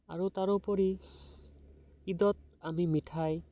আৰু তাৰোপৰি ঈদত আমি মিঠাই